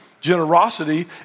Generosity